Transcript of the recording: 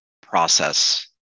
process